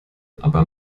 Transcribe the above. aber